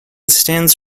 stands